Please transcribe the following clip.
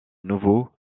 nouveau